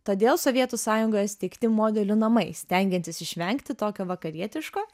todėl sovietų sąjungoje steigti modelių namai stengiantis išvengti tokio vakarietiško